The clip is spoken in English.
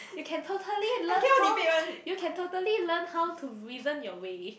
you can totally learn how you can totally learn how to reason your way